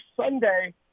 Sunday